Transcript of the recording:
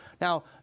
Now